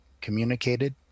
communicated